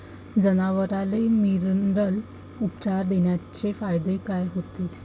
जनावराले मिनरल उपचार देण्याचे फायदे काय होतीन?